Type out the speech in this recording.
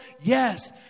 Yes